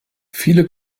viele